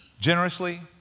generously